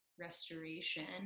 restoration